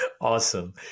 Awesome